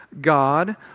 God